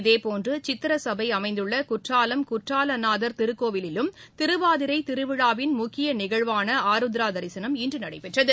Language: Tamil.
இதேபோன்று சித்திரசளப அமைந்துள்ள குற்றாலம் குற்றாலநாதர் திருக்கோவிலிலும் திருவாதிரை திருவிழாவின் முக்கிய நிகழ்வான ஆருத்ரா திசனம் இன்று நடைபெற்றது